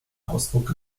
ausdruck